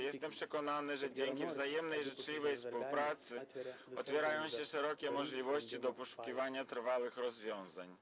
Jestem przekonany, że dzięki wzajemnej życzliwej współpracy otwierają się szerokie możliwości dotyczące poszukiwania trwałych rozwiązań.